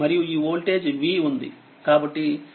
మరియు ఈ voltage v ఉంది